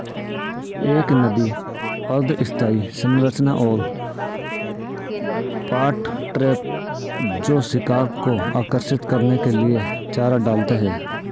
एक नदी अर्ध स्थायी संरचना और पॉट ट्रैप जो शिकार को आकर्षित करने के लिए चारा डालते हैं